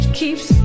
keeps